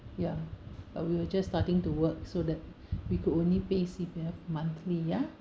ya but we were just starting to work so that we could only pay C_P_F monthly ya